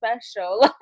special